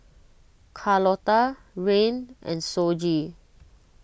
Carlotta Rayne and Shoji